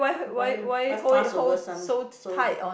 why why fuss over some so